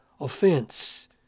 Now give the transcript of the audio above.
offense